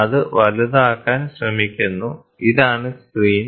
അത് വലുതാക്കാൻ ശ്രമിക്കുന്നു ഇതാണ് സ്ക്രീൻ